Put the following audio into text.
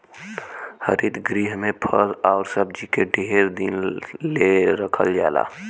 हरित गृह में फल आउर सब्जी के ढेर दिन ले रखल जाला